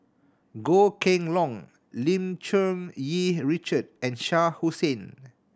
Goh Kheng Long Lim Cherng Yih Richard and Shah Hussain